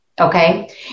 okay